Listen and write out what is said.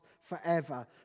forever